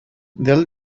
they’ll